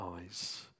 eyes